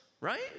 right